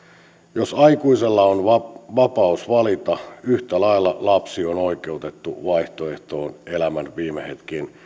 jos aikuisella on vapaus valita yhtä lailla lapsi on on oikeutettu vaihtoehtoon elämän viime hetkien